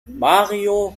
mario